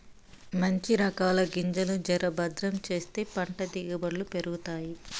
మంచి రకాల గింజలు జర భద్రం చేస్తే పంట దిగుబడులు పెరుగుతాయి